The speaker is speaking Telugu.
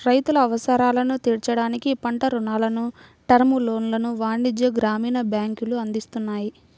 రైతుల అవసరాలను తీర్చడానికి పంట రుణాలను, టర్మ్ లోన్లను వాణిజ్య, గ్రామీణ బ్యాంకులు అందిస్తున్నాయి